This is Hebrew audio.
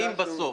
אם בסוף